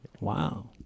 Wow